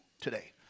today